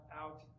out